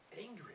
Angry